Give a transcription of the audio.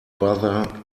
bother